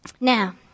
now